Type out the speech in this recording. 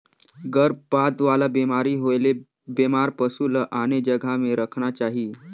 गरभपात वाला बेमारी होयले बेमार पसु ल आने जघा में रखना चाही